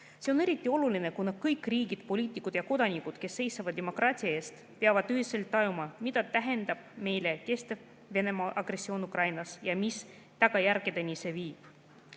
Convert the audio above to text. See on eriti oluline, kuna kõik riigid, poliitikud ja kodanikud, kes seisavad demokraatia eest, peavad ühiselt tajuma, mida tähendab meile kestev Venemaa agressioon Ukrainas ja mis tagajärgedeni see viib.